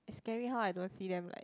is scaring how I don't see them like